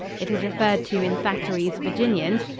it is referred to in thackeray's virginians,